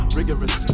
rigorous